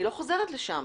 אני לא חוזרת לשם.